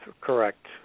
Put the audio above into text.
Correct